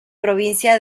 provincia